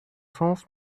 sens